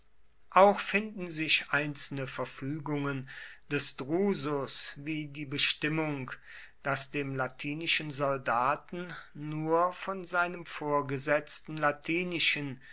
auch finden sich einzelne verfügungen des drusus wie die bestimmung daß dem latinischen soldaten nur von seinem vorgesetzten latinischen